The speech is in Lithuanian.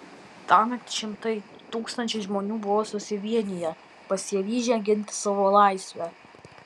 tąnakt šimtai tūkstančiai žmonių buvo susivieniję pasiryžę ginti savo laisvę